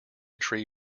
tree